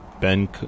Ben